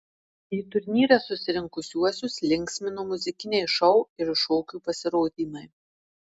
į turnyrą susirinkusiuosius linksmino muzikiniai šou ir šokių pasirodymai